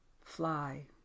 fly